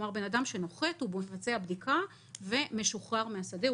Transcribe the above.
אדם שנוחת, מבצע בדיקה ומשוחרר מהשדה.